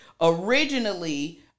originally